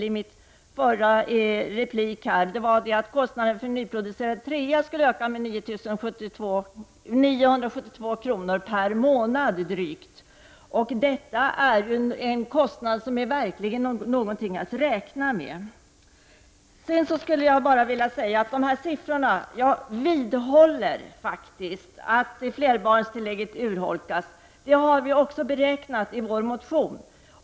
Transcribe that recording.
I min replik tog jag upp exemplet med en nyproducerad trerumslägenhet. Kostnaden skulle stiga med drygt 972 kr. per månad. Det är ju en kostnad som verkligen är någonting att räkna med. Beträffande siffrorna vidhåller jag faktiskt att flerbarnstillägget urholkas, vilket också visas i vår motion.